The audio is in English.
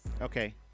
okay